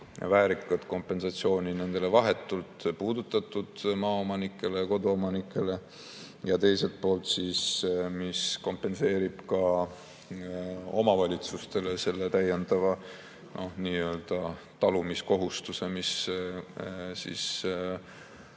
väärikat kompensatsiooni nendele vahetult puudutatud maaomanikele ja koduomanikele, ja teiselt poolt kompenseerib ka omavalitsustele selle täiendava nii-öelda talumiskohustuse, mis